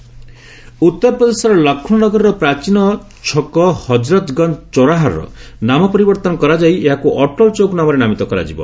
ଅଟଳ ଚୌକ ଉତ୍ତରପ୍ରଦେଶର ଲକ୍ଷ୍ରୌ ନଗରିର ପ୍ରାଚୀନ ଛକ ହଜରତଗଞ୍ଜ ଚୌରାହାର ନାମ ପରିବର୍ତ୍ତନ କରାଯାଇ ଏହାକୁ ଅଟଳଚୌକ୍ ନାମରେ ନାମିତ କରାଯିବ